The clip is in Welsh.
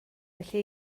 felly